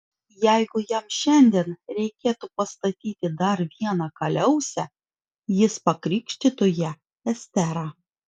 jeigu jam šiandien reikėtų pastatyti dar vieną kaliausę jis pakrikštytų ją estera